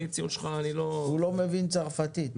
הוא לא מבין צרפתית.